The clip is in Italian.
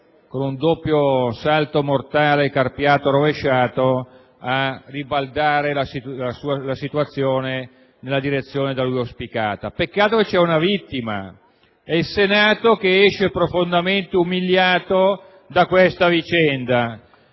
con un doppio salto mortale carpiato rovesciato, a ribaltare la situazione nella direzione auspicata. Peccato che ci sia una vittima: è il Senato, che esce profondamente umiliato dalla vicenda.